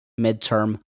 midterm